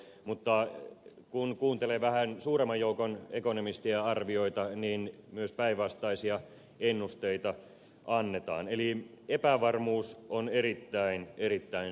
mutta kun kuuntelee arvioita vähän suuremmalta joukolta ekonomisteja niin myös päinvastaisia ennusteita annetaan eli epävarmuus on erittäin erittäin suurta